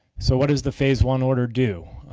so what does the phase one order do?